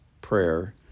prayer